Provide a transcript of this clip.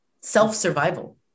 self-survival